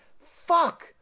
Fuck